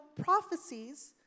prophecies